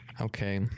Okay